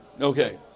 Okay